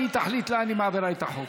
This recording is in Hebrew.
והיא תחליט לאן היא מעבירה את החוק.